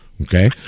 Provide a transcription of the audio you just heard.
Okay